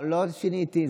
לא שיניתי.